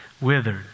withered